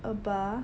a bar